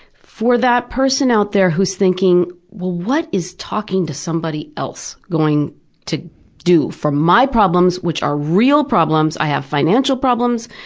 for that person out there who's thinking, well, what is talking to somebody else going to do for my problems which are real problems i have financial problems,